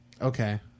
Okay